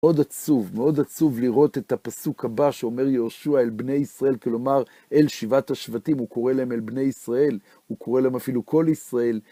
מאוד עצוב, מאוד עצוב לראות את הפסוק הבא שאומר יהושע אל בני ישראל, כלומר אל שבעת השבטים, הוא קורא להם אל בני ישראל, הוא קורא להם אפילו כל ישראל.